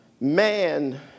man